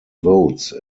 votes